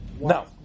No